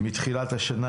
מתחילת השנה,